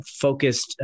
focused